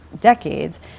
decades